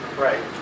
Right